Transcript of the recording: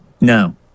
No